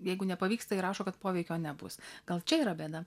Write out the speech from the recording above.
jeigu nepavyksta įrašo kad poveikio nebus gal čia yra bėda